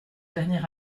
dernier